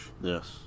Yes